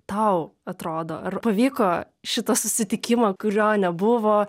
tau atrodo ar pavyko šitą susitikimą kurio nebuvo